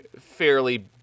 fairly